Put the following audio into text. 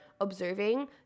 observing